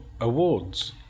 awards